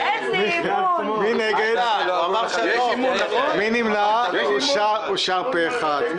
אושר פה אחד.